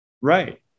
Right